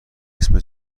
اسمت